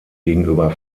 gegenüber